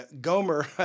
Gomer